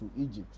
Egypt